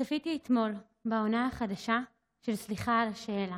להלן תרגומם: צפיתי אתמול בעונה החדשה של "סליחה על השאלה"